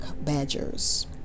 badgers